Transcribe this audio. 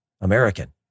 American